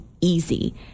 easy